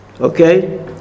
Okay